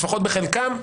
לפחות בחלקם,